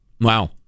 Wow